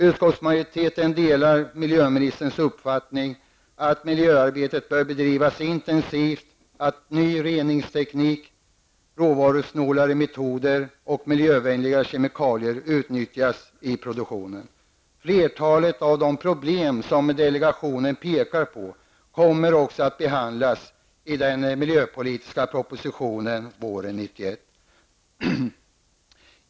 Utskottsmajoriteten delar miljöministerns uppfattning att miljöarbetet bör drivas intensivt och att ny reningsteknik, råvarusnålare metoder och miljövänligare kemikalier utnyttjas i produktionen. Flertalet av de problem som delegationen pekar på kommer också att behandlas i den miljöpolitiska propositionen våren 1991.